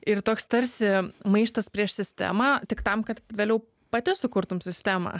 ir toks tarsi maištas prieš sistemą tik tam kad vėliau pati sukurtum sistemą